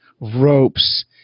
ropes